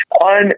On